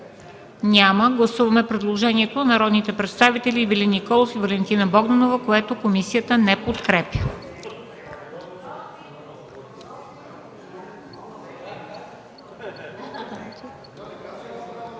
Няма. Гласуваме предложението на народните представители Ивелин Николов и Валентина Богданова, което комисията не подкрепя.